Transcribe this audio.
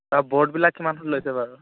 বৰ্ডবিলাক কিমান লৈছে বাৰু